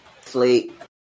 sleep